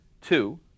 two